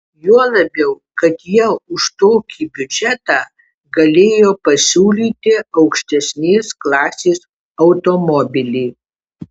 juo labiau kad jie už tokį biudžetą galėjo pasiūlyti aukštesnės klasės automobilį